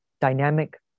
dynamic